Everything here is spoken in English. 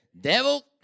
Devil